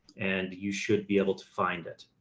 and you should be able to find it.